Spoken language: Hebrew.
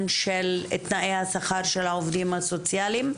של תנאי השכר של העובדים הסוציאליים,